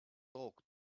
talk